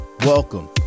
Welcome